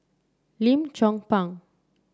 Lim Chong Pang